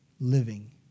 living